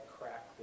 crack